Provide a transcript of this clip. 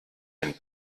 den